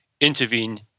intervene